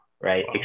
right